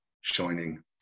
shining